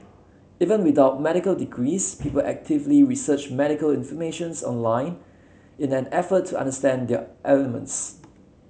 even without medical degrees people actively research medical information online in an effort to understand their ailments